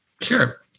Sure